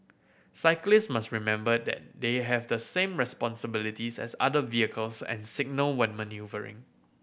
cyclists must remember that they have the same responsibilities as other vehicles and signal when manoeuvring